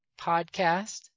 podcast